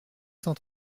cent